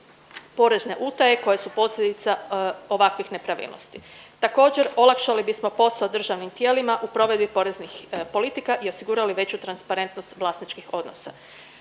porezne utaje koje su posljedica ovakvih nepravilnosti. Također olakšali bismo posao državnim tijelima u provedbi poreznih politika i osigurali veću transparentnost vlasničkih odnosa.